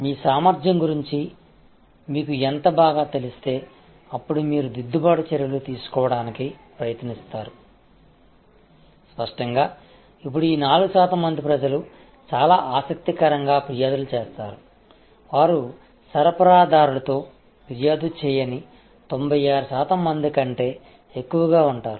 మీ సామర్థ్యం గురించి మీకు ఎంత బాగా తెలిస్తే అప్పుడు మీరు దిద్దుబాటు చర్యలు తీసుకోవడానికి ప్రయత్నిస్తారు స్పష్టంగా ఇప్పుడు ఈ 4 శాతం మంది ప్రజలు చాలా ఆసక్తికరంగా ఫిర్యాదు చేస్తారు వారు సరఫరాదారుతో ఫిర్యాదు చేయని 96 శాతం మంది కంటే ఎక్కువగా ఉంటారు